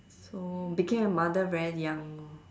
so became a mother very young orh